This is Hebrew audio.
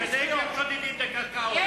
בנגב שודדים את הקרקעות.